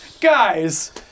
guys